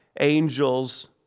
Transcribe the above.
angels